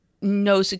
no